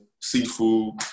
Seafood